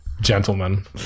gentlemen